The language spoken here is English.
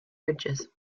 ridges